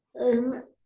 and